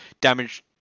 damage